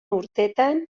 urtetan